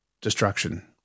Destruction